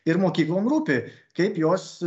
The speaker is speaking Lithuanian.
ir mokyklom rūpi kaip jos